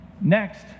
Next